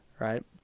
right